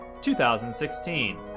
2016